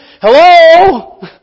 hello